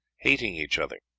hating each other.